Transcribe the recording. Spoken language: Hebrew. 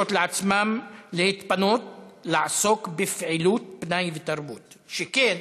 לעצמם להתפנות לעסוק בפעילויות פנאי ותרבות שכן